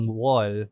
wall